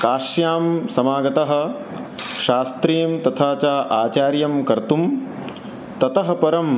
काश्यां समागतः शास्त्रीं तथा च आचार्यं कर्तुं ततः परं